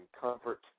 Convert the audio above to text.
comfort